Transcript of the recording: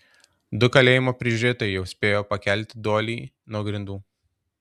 du kalėjimo prižiūrėtojai jau spėjo pakelti doilį nuo grindų